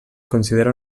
considera